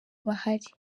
bahari